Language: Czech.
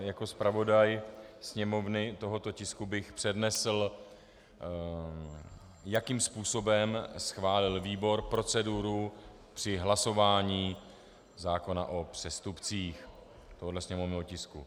Jako zpravodaj Sněmovny tohoto tisku bych přednesl, jakým způsobem schválil výbor proceduru při hlasování zákona o přestupcích tohoto sněmovního tisku.